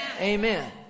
Amen